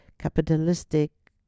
capitalistic